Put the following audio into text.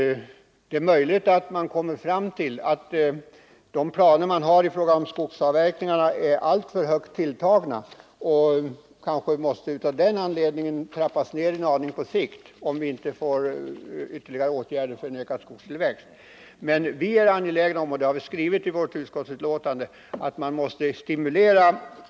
Det är möjligt att man vid planeringen av skogsavverkningarna tagit till i överkant. Om inte ytterligare åtgärder för att öka skogsavverkningen vidtas kanske man måste trappa ned planeringen en aning på sikt. Men vi är från utskottets sida angelägna om — och det framgår ätt stimulera till åtgärder.